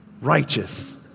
righteous